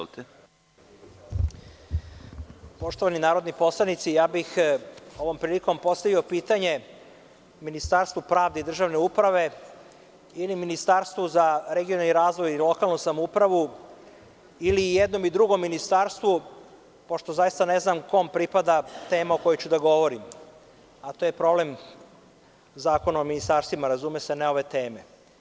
Poštovani narodni poslanici, ovom prilikom bih postavio pitanje Ministarstvu pravde i državne uprave ili Ministarstvu za regionalni razvoj i lokalnu samoupravu ili i jednom i drugom ministarstvu, pošto zaista ne znam kome pripada tema o kojoj ću da govorim, a to je problem Zakona o ministarstvima, razume se, a ne ove teme.